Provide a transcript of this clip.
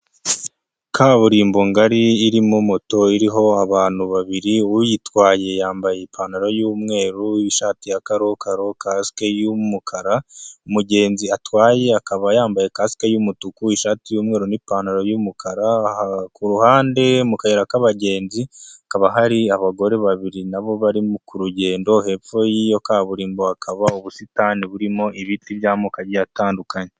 Kaburimbo ngari irimo moto, iriho abantu babiri, uyitwaye yambaye ipantaro y'umweru, ishati ya karokaro, kasike y'umukara, umugenzi atwaye akaba yambaye kasike y'umutuku, ishati y'umweru n'ipantaro y'umukara. Ku ruhande mu kayira k'abagenzi, hakaba hari abagore babiri nabo bari kugendo, hepfo y'iyo kaburimbo hakaba ubusitani burimo ibiti by'amoko ye atandukanye.